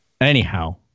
Anyhow